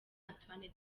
antoine